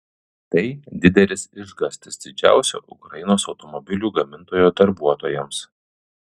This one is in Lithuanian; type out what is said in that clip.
tai didelis išgąstis didžiausio ukrainos automobilių gamintojo darbuotojams